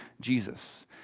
Jesus